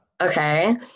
Okay